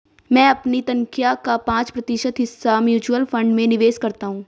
मैं अपनी तनख्वाह का पाँच प्रतिशत हिस्सा म्यूचुअल फंड में निवेश करता हूँ